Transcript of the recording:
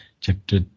chapter